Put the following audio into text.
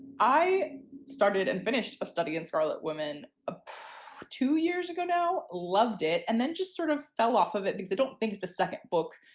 i started and finished a study in scarlet women ah two years ago now. loved it and then just sort of fell off of it because i don't think the second book,